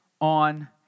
on